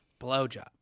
blowjobs